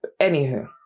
Anywho